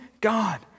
God